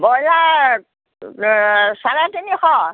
broiler চাৰে তিনিশ